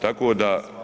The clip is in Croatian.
Tako da…